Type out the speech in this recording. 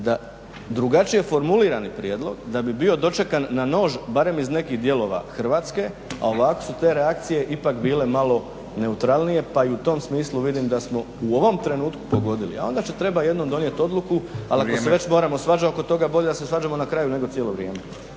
drugačije formulirani prijedlog da bi bio dočekan na nož barem iz nekih dijelova Hrvatske, a ovako su te reakcije ipak bile malo neutralnije pa i u tom smislu vidim da smo u ovom trenutku pogodili, a onda će trebat jednom donijeti odluku, ali ako se već stvaramo svađe oko toga, bolje da se svađamo na kraju nego cijelo vrijeme.